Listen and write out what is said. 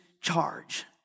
charge